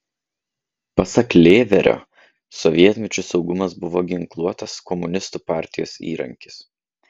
pasak lėverio sovietmečiu saugumas buvo ginkluotas komunistų partijos įrankis